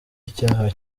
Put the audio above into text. icyaha